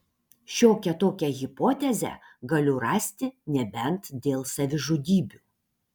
šiokią tokią hipotezę galiu rasti nebent dėl savižudybių